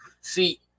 see